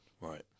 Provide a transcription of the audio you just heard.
right